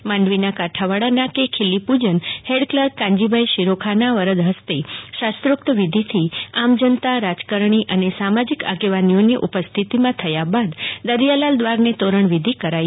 માંડવીના કાંઠાવાળા નાકે ખીલી પૂજન હેડ ક્લાર્ક કાનજી ભાઈ શીરોખાના વરદહ્સ્તે શાસ્ત્રોક્ત વિધિ આમ જનતા રાજકારણીઓ અને સામાજિક આગેવાનોની ઉપસ્થિતિમાં થયા બાદ દરિયાલાલ દ્વારને તોરણ વિધિ કરાઈ